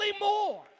more